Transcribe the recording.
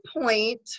point